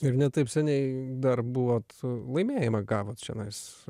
ir ne taip seniai dar buvot laimėjimą gavot čionais